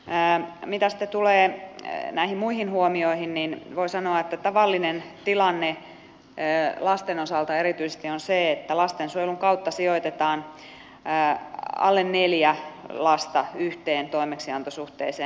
mitä sitten tulee näihin muihin huomioihin niin voi sanoa että tavallinen tilanne lasten osalta erityisesti on se että lastensuojelun kautta sijoitetaan alle neljä lasta yhteen toimeksiantosuhteiseen perhekotiin